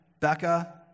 Becca